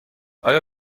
آیا